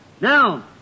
Now